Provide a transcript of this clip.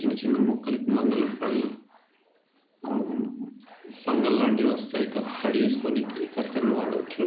చిన్న చిన్న ముక్కలకి మంగలి పని పంగలు లాంటియి వస్తే అవి కత్ కట్ చేసుకోడానికి కత్తెరని వాడచ్చు